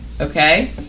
Okay